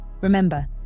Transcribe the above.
Remember